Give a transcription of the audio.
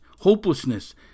hopelessness